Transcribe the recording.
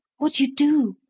what you do,